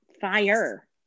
fire